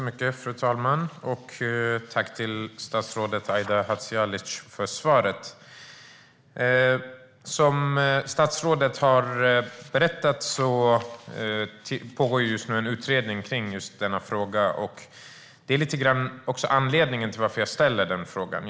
Fru talman! Tack till statsrådet Aida Hadzialic för svaret! Som statsrådet har berättat pågår just nu en utredning om denna fråga. Det är också lite grann anledningen till att jag ställer frågan.